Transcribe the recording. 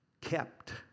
kept